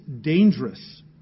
dangerous